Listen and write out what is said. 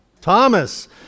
Thomas